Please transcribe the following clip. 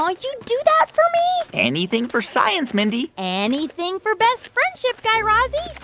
aw, like you'd do that for me? anything for science, mindy anything for best friendship, guy razzie.